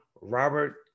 Robert